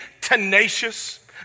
tenacious